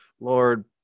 lord